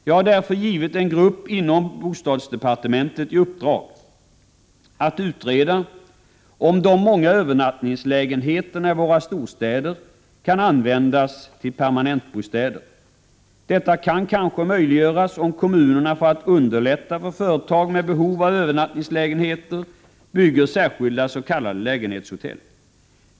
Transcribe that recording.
Jag har därför givit en grupp inom bostadsdepartementet i uppdrag att utreda om de många övernattningslägenheterna i våra storstäder kan användas till permanentbostäder. Detta kan kanske möjliggöras om kommunerna för att underlätta för företag med behov av övernattningslägenheter bygger särskilda s.k. lägenhetshotell.